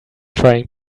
trying